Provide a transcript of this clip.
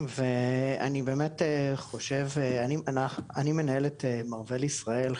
אני מנהל את מארוול ישראל,